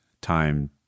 time